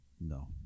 No